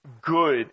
good